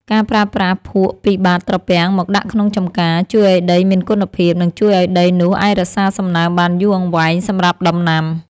ការប្រើប្រាស់ភក់ពីបាតត្រពាំងមកដាក់ក្នុងចម្ការជួយឱ្យដីមានគុណភាព និងជួយឱ្យដីនោះអាចរក្សាសំណើមបានយូរអង្វែងសម្រាប់ដំណាំ។